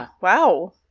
Wow